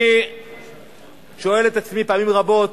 אני שואל את עצמי פעמים רבות,